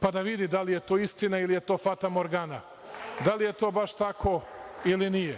pa da vidi da li je to istina ili je to fatamorgana, da li je to baš tako ili